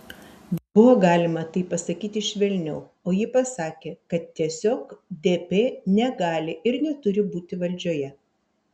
buvo galima tai pasakyti švelniau o ji pasakė kad tiesiog dp negali ir neturi būti valdžioje